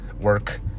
work